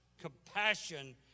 compassion